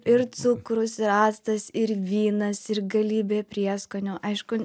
ir cukrus ir actas ir vynas ir galybė prieskonių aišku